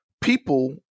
people